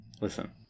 Listen